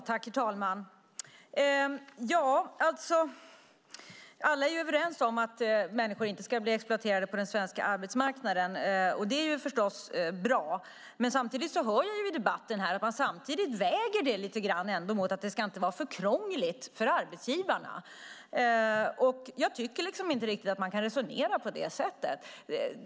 Herr talman! Alla är vi överens om att människor inte ska bli exploaterade på den svenska arbetsmarknaden. Det är förstås bra. Men samtidigt hör vi i debatten att man väger detta mot att det inte får vara för krångligt för arbetsgivarna. Jag tycker inte att man kan resonera på det sättet.